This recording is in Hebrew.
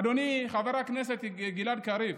אדוני חבר הכנסת גלעד קריב.